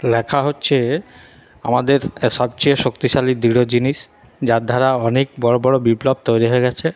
লেখা হচ্ছে আমাদের সবচেয়ে শক্তিশালী দৃঢ় জিনিস যার দ্বারা অনেক বড়ো বড়ো বিপ্লব তৈরি হয়ে গেছে